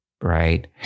right